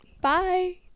bye